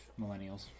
millennials